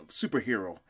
superhero